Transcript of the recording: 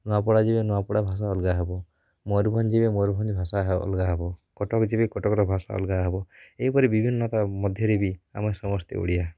ନୂଆପଡ଼ା ଯିବେ ନୂଆପଡ଼ା ଭାଷା ଅଲଗା ହେବ ମୟୂରଭଞ୍ଜ ଯିବେ ମୟୂରଭଞ୍ଜ ଭାଷା ହେ ଅଲଗା ହେବ କଟକ ଯିବେ କଟକର ଭାଷା ଅଲଗା ହେବ ଏହିପରି ବିଭିନ୍ନତା ମଧ୍ୟରେ ବି ଆମେ ସମସ୍ତେ ଓଡ଼ିଆ